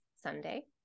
Sunday